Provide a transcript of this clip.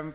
om.